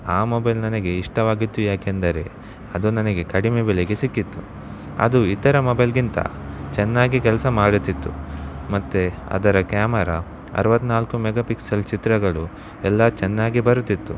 ಆ ಮೊಬೈಲ್ ನನಗೆ ಇಷ್ಟವಾಗಿತ್ತು ಯಾಕೆಂದರೆ ಅದು ನನಗೆ ಕಡಿಮೆ ಬೆಲೆಗೆ ಸಿಕ್ಕಿತ್ತು ಅದು ಇತರ ಮೊಬೈಲ್ಗಿಂತ ಚೆನ್ನಾಗಿ ಕೆಲಸ ಮಾಡುತ್ತಿತ್ತು ಮತ್ತೆ ಅದರ ಕ್ಯಾಮರಾ ಅರವತ್ತ್ನಾಲ್ಕು ಮೆಗಾ ಪಿಕ್ಸೆಲ್ ಚಿತ್ರಗಳು ಎಲ್ಲ ಚೆನ್ನಾಗೇ ಬರುತ್ತಿತ್ತು